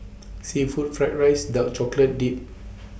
Seafood Fried Rice Dark Chocolate Dipped